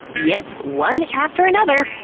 yep, one after another.